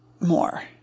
more